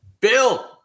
Bill